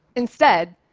instead,